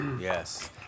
Yes